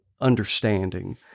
Understanding